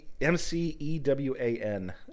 M-C-E-W-A-N